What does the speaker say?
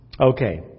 Okay